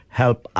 help